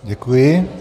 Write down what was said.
Děkuji.